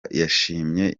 yashimye